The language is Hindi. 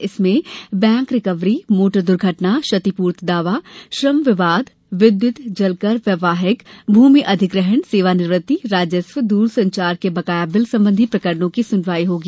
इनमें बैंक रिकवरी मोटर द्र्घटना क्षतिपूर्ति दावा श्रम विवाद विद्युत जलकर वैवाहिक भूमि अधिग्रहण सेवानिवृत्ति राजस्व दूरसंचार के बकाया बिल संबंधी प्रकरणों की सुनवाई होगी